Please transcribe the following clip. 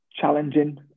challenging